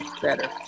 better